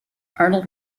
arnold